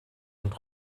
und